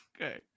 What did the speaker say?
okay